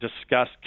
Discuss